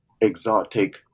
exotic